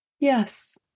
Yes